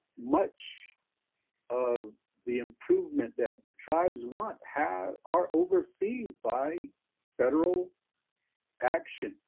much of the improvement that tribes want has are overseen by federal action,